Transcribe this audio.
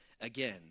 again